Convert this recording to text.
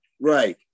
Right